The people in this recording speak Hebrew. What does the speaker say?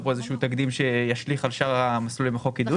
כאן איזשהו תקדים שישליך על שאר המסלולים בחוק עידוד.